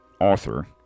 author